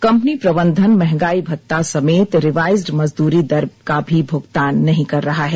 company प्रबंधन महंगाई भत्ता समेत रिवाइज्ड मजदूरी दर का भी भुगतान नहीं कर रहा है